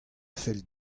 fell